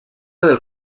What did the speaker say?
del